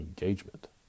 Engagement